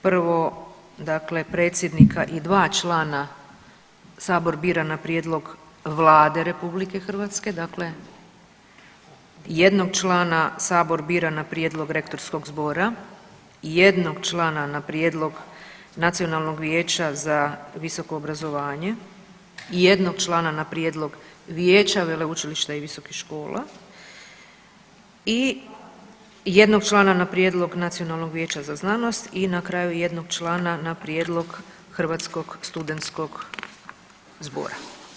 Prvo, dakle predsjednika i dva člana sabor bira na prijedlog Vlade RH, dakle jednog člana sabor bira na prijedlog rektorskog zbora i jednog člana na prijedlog Nacionalnog vijeća za visoko obrazovanje i jednog člana na prijedlog vijeća veleučilišta i visokih škola i jednog člana na prijedlog Nacionalnog vijeća za znanost i na kraju jednog člana na prijedlog Hrvatskog studentskog zbora.